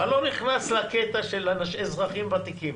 ואני לא נכנס לקטע של אזרחים ותיקים,